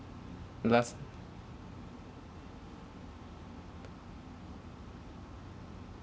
last ah